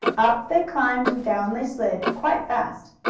up they climbed, and down they slid, quite fast.